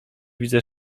widzę